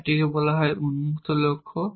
একটিকে বলা হয় উন্মুক্ত লক্ষ্য